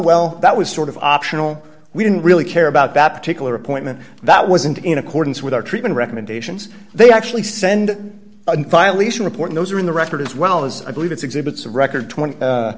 well that was sort of optional we didn't really care about that particular appointment that wasn't in accordance with our treatment recommendations they actually send a violation report those are in the record as well as i believe it's exhibits a record